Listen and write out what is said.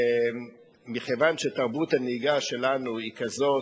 מכיוון שתרבות הנהיגה שלנו היא כזאת,